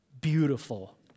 beautiful